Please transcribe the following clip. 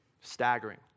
Staggering